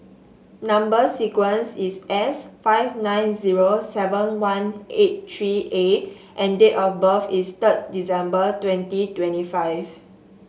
number sequence is S five nine zero seven one eight three A and date of birth is third December twenty twenty five